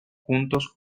juntos